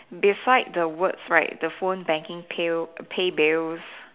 beside the words right the phone banking pill pay bills